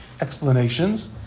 explanations